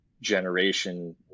generation